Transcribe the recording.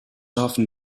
often